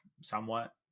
somewhat